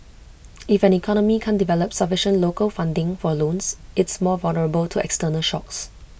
if an economy can't develop sufficient local funding for loans it's more vulnerable to external shocks